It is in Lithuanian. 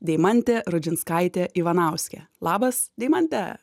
deimantė rudžinskaitė ivanauskė labas deimante